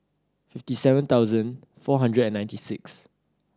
fifty seven thousand four hundred and ninety six